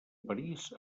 parís